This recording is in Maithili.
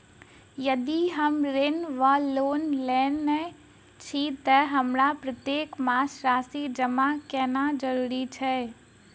यदि हम ऋण वा लोन लेने छी तऽ हमरा प्रत्येक मास राशि जमा केनैय जरूरी छै?